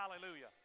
hallelujah